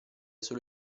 solo